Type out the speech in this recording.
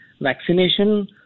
vaccination